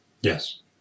Yes